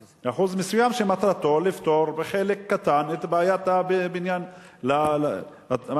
שמטרתו לפתור חלק קטן מבעיית הבנייה הציבורית,